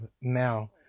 now